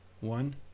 one